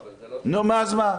אבל זה לא --- נו, אז מה.